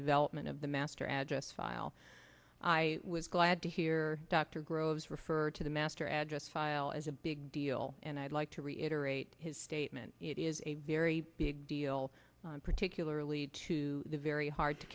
development of the master address file i was glad to hear dr groves refer to the master address file as a big deal and i'd like to reiterate his statement it is a very big deal particularly to the very hard to